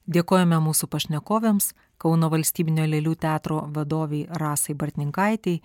dėkojame mūsų pašnekovėms kauno valstybinio lėlių teatro vadovei rasai bartninkaitei